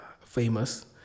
famous